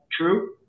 true